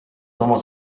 sama